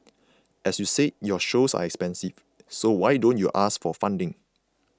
as you said your shows are expensive so why don't you ask for funding